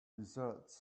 results